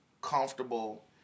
comfortable